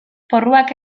porruak